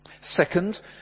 Second